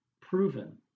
proven